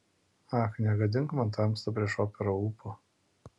ak negadink man tamsta prieš operą ūpo